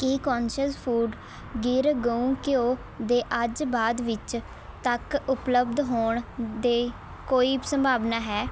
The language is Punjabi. ਕੀ ਕੌਨਸ਼ਿਅਸ ਫੂਡ ਗਿਰ ਗਉ ਘਿਓ ਦੇ ਅੱਜ ਬਾਅਦ ਵਿੱਚ ਤੱਕ ਉਪਲਬਧ ਹੋਣ ਦੇ ਕੋਈ ਸੰਭਾਵਨਾ ਹੈ